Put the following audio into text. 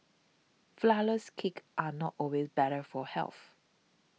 Flourless Cakes are not always better for health